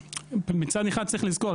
מצד אחד צריך לזכור,